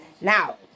Now